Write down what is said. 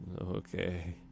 Okay